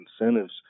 incentives